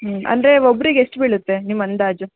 ಹ್ಞೂ ಅಂದರೆ ಒಬ್ರಿಗೆ ಎಷ್ಟು ಬೀಳುತ್ತೆ ನಿಮ್ಮ ಅಂದಾಜು